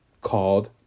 called